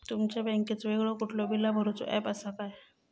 तुमच्या बँकेचो वेगळो कुठलो बिला भरूचो ऍप असा काय?